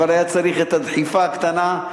אבל היה צריך דחיפה קטנה.